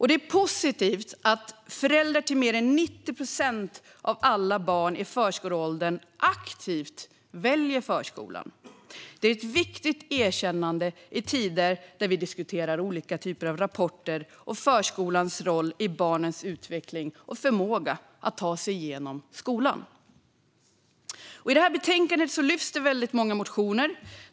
Det är positivt att föräldrar till mer än 90 procent av alla barn i förskoleåldern aktivt väljer förskolan. Det är ett viktigt erkännande i tider då vi diskuterar olika typer av rapporter och förskolans roll i fråga om barnens utveckling och förmåga att ta sig igenom skolan. I betänkandet behandlas väldigt många motioner.